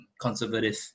conservative